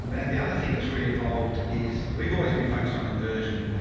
and the other thing that's really evolved is we've always been focused on conversion,